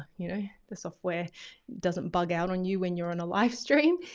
you know, the software doesn't bug out on you when you're on a live stream.